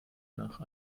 nach